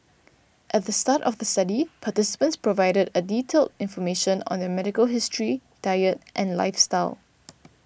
at the start of the study participants provided a detailed information on their medical history diet and lifestyle